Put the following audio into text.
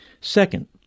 Second